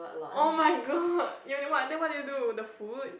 oh-my-god you ~ then what did you do the food